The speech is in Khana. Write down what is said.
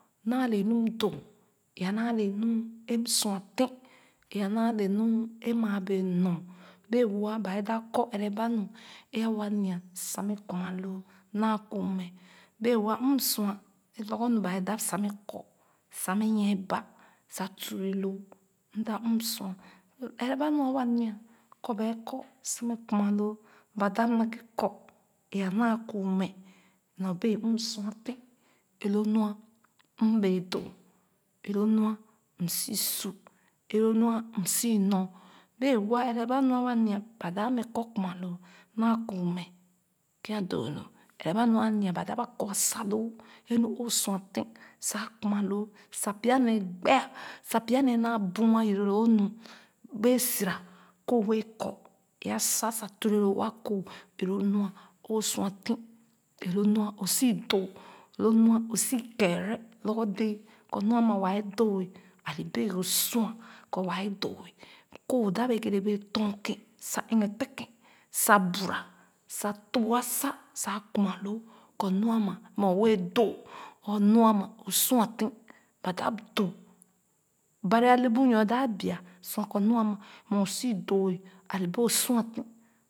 Naa le nu m doo ee a nala le nu eee sua tèn ee a naa le n maa bee nor bee-woa ba ee dap kɔ ɛrɛ ba nu ee a wa nya sa mɛ kuna loo naa kuu mɛ bee-woa m sua ee lorgor nu ba ee dap sa mɛ kɔ sa mɛ nyie ba sa turre loo m da m sua lo ɛrɛ ba nu a wa nya kɔ bee kɔ sa mɛ kuna loo ba dap naghe kɔ ee a naa kuu mɛ nyɔ bee m sua tèn ee lo lua m bee doo ee lo lu a m si su ee lo lu a m si nor bee woa ɛrɛ ba nu a wa nya ba dap mɛ kɔ kunna loo naa kuu mɛ kèn a doo loo ɛrɛ ba nu a nya ba dap a kɔu a sor loo ee nu o sua tèn sa kuma loo sa pya nee gbea sa pya nee naa búú a yɛrɛ loo nu bee si ra kooh wɛɛ kɔ ee a sa sa ture loo wa kooh ee lo mua o sua tèn ee lo nu o sii doo lo nua o sii kɛɛrɛ lorgor dɛɛ kɔ nu a ma wa doo a le bee o sua kɔ wa eh doo kooh dap ɛg ɛrɛ bee tɔn-kèn sa ɛɛ-ghe tèn kèn sa bura sa tubor asa sa a kuma loo kɔ nu a ma mɛ wɛɛ doo or nu a ma o sua tèn ba dap doo Ban’ a le bue sua kɔ nu a ma mɛ o sú doo a le bee o sua tèn.